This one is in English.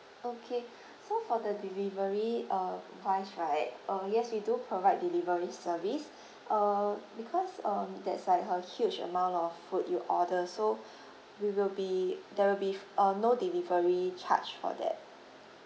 okay so for the delivery uh wise right uh yes we do provide delivery service uh because um that's like a huge amount of food you order so we will be there will be f~ uh no delivery charge for that